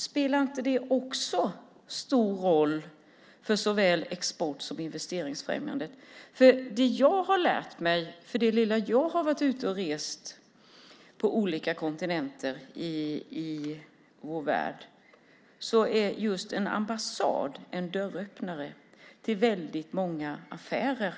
Spelar inte det också stor roll för såväl export som investeringsfrämjande? Det jag har lärt mig under det lilla som jag har varit ute och rest på olika kontinenter i vår värld är att just en ambassad är en dörröppnare till väldigt många affärer.